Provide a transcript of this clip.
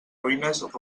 ruïnes